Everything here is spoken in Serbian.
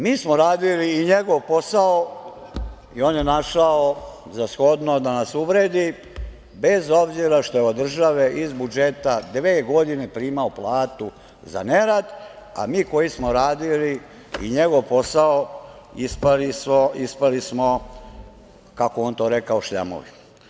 Mi smo radili i njegov posao i on je našao za shodno da nas uvredi bez obzira što je od države iz budžeta dve godine primao platu za nerad, a mi koji smo radili i njegov posao ispali smo, kako je on to rekao, šljamovi.